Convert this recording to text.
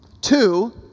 Two